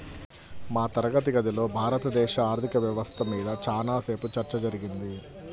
మా తరగతి గదిలో భారతదేశ ఆర్ధిక వ్యవస్థ మీద చానా సేపు చర్చ జరిగింది